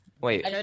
Wait